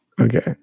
okay